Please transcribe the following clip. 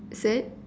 sad